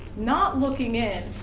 not looking in,